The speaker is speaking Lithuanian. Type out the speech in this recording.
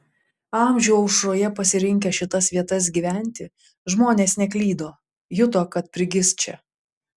amžių aušroje pasirinkę šitas vietas gyventi žmonės neklydo juto kad prigis čia